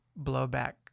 blowback